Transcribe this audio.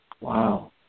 Wow